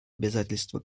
обязательство